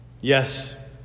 Yes